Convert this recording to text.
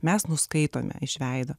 mes nuskaitome iš veido